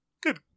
Good